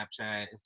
Snapchat